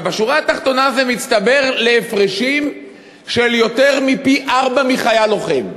בשורה התחתונה זה מצטבר להפרשים של יותר מפי-ארבעה מחייל לוחם.